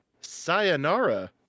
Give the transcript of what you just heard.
sayonara